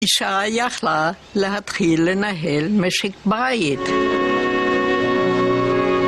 אישה יכלה להתחיל לנהל משק בית.